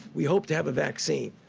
we hope to have a vaccine.